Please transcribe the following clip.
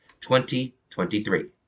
2023